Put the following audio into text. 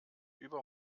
über